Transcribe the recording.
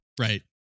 right